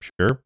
sure